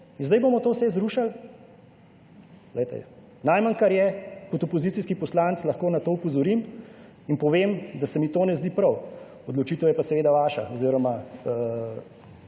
in zdaj bomo to vse zrušili? Glejte, najmanj kar je, kot opozicijski poslanec lahko na to opozorim in povem, da se mi to ne zdi prav, odločitev je pa seveda vaša oziroma